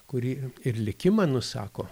kuri ir likimą nusako